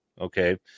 Okay